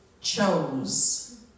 chose